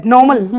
Normal